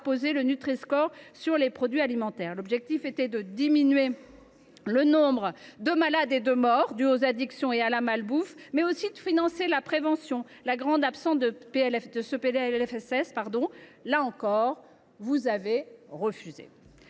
apposer le Nutri score sur les produits alimentaires. L’objectif était de diminuer le nombre de malades et de morts dus aux addictions et à la malbouffe, mais aussi de financer la prévention, grande absente de ce projet de loi de